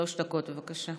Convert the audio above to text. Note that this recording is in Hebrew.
שלוש דקות, בבקשה.